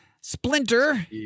Splinter